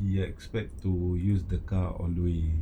he expect to use the car all the way